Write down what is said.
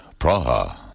Praha